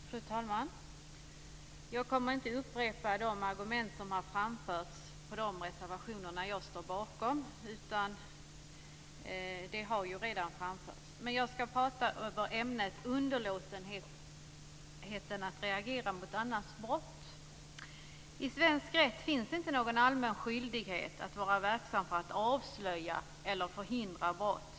Fru talman! Jag kommer inte att upprepa de argument som redan har framförts för de reservationer som jag står bakom. Jag skall tala om ämnet underlåtenhet att reagera mot annans brott. I svensk rätt finns inte någon allmän skyldighet att vara verksam för att avslöja eller förhindra brott.